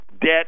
debt